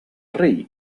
rei